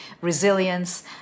resilience